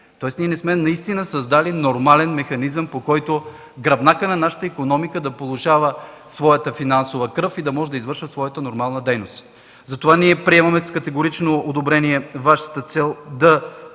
Тоест, ние не сме създали наистина нормален механизъм, по който гръбнакът на нашата икономика да получава своята финансова кръв и да може да извършва своята нормална дейност. Затова приемаме с категорично одобрение Вашата цел да